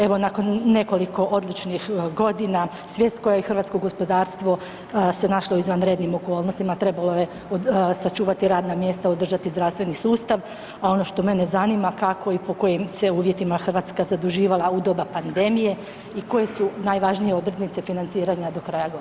Evo nakon nekoliko odličnih godina svjetsko, a i hrvatsko gospodarstvo se našlo u izvanrednim okolnostima trebalo je sačuvati radna mjesta, održati zdravstveni sustav, a ono što mene zanima kako i po kojim se uvjetima Hrvatska zaduživala u doba pandemije i koje su najvažnije odrednice financiranja do kraja godine?